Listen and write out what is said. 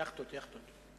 יאכטות, יאכטות.